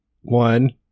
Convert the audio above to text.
one